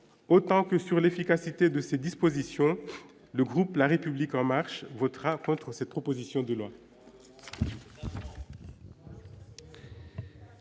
d'autant que sur l'efficacité de ces dispositions, le groupe la République en marche, votera contre cette proposition de loi.